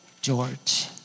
George